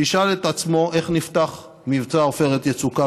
שישאל את עצמו איך נפתח מבצע עופרת יצוקה